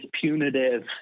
punitive